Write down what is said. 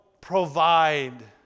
provide